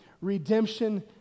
Redemption